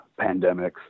pandemics